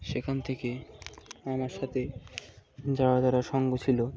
সেখান থেকে আমার সাথে যারা যারা সঙ্গে ছিল